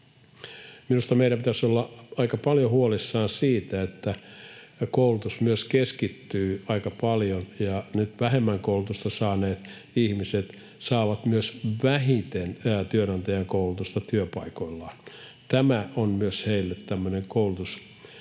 meidän pitäisi olla aika paljon huolissamme siitä, että koulutus myös keskittyy aika paljon, ja nyt vähemmän koulutusta saaneet ihmiset saavat myös vähiten työnantajan koulutusta työpaikoilla. Tämä on myös heille tämmöinen